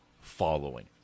following